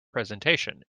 presentation